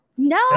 No